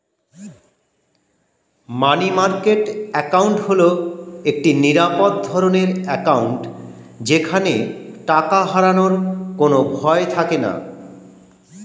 মানি market account হল একটি নিরাপদ ধরনের অ্যাকাউন্ট যেখানে টাকা হারানোর কোনো ভয় থাকেনা